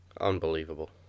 unbelievable